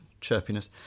chirpiness